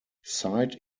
side